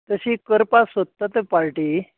तशी करपाक सोदता तर पार्टी